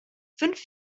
fünf